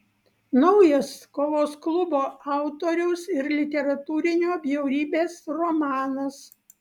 naujas kovos klubo autoriaus ir literatūrinio bjaurybės romanas